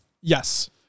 Yes